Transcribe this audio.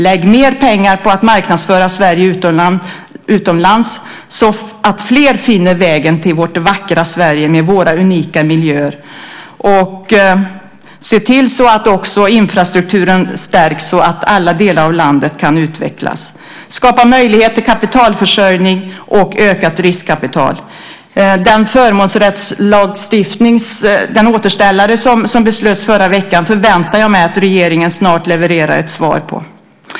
Lägg mer pengar på att marknadsföra Sverige utomlands så att fler finner vägen till vårt vackra Sverige med våra unika miljöer. Se till att också infrastrukturen stärks så att alla delar av landet kan utvecklas. Skapa möjlighet till kapitalförsörjning och ökat riskkapital. Den återställare av förmånsrättslagstiftningen som det beslöts om förra veckan förväntar jag mig att regeringen snart levererar ett svar på.